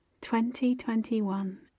2021